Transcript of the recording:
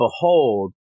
behold